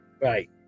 Right